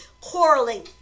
quarreling